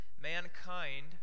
Mankind